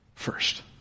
first